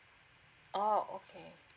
oh okay